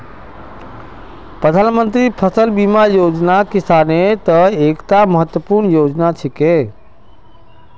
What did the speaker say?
प्रधानमंत्री फसल बीमा योजनात किसानेर त न एकता महत्वपूर्ण योजना छिके